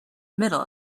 middle